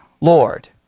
Lord